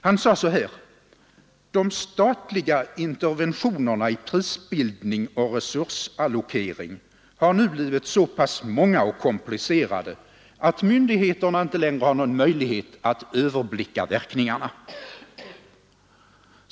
Han sade så här: ”De statliga interventionerna i prisbildning och resursallokering har nu blivit så pass många och komplicerade att myndigheterna inte längre har någon möjlighet att överblicka verk Nr 98 ningarna.